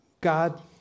God